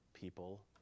people